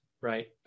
right